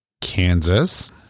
Kansas